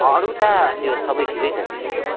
अरू त त्यो सबै ठिकै छ त्यसको